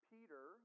Peter